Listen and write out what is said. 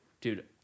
dude